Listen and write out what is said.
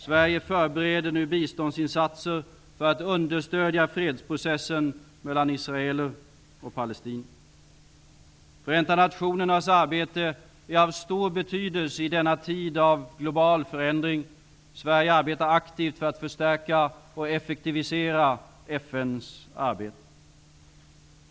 Sverige förbereder nu biståndsinsatser för att understödja fredsprocessen mellan israeler och palestinier. Förenta nationernas arbete är av stor betydelse i denna tid av global förändring. Sverige arbetar aktivt för att förstärka och effektivisera FN:s arbete.